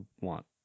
want